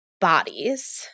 bodies